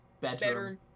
Bedroom